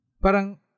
Parang